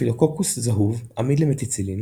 סטאפילוקוקוס זהוב עמיד למתיצילין